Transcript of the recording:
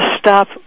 stop